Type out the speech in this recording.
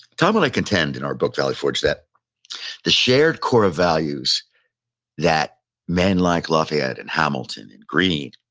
tom and i contend in our book, valley forge, that the shared core values that men like lafayette and hamilton, and greene,